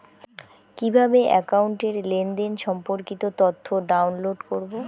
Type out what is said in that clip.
কিভাবে একাউন্টের লেনদেন সম্পর্কিত তথ্য ডাউনলোড করবো?